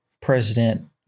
President